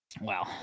wow